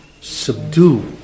subdue